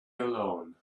alone